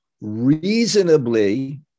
reasonably